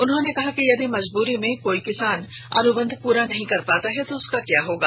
उन्होंने कहा कि यदि मजबूरी में कोई किसान अनुबंध पूरा नहीं कर पाता है तो उसका क्या होगा